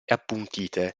appuntite